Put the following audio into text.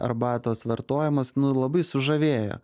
arbatos vartojimas nu labai sužavėjo